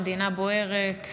המדינה בוערת.